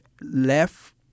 left